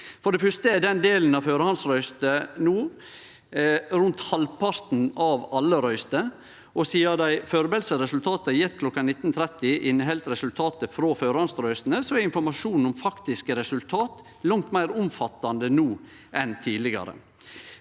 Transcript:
For det første er delen førehandsrøyster no rundt halvparten av alle røyster. Sidan dei førebelse resultata gjevne kl. 19.30 inneheld resultata frå førehandsrøystene, er informasjonen om faktiske resultat langt meir omfattande no enn tidlegare.